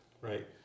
Right